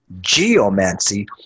Geomancy